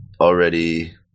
already